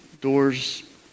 doors